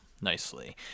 nicely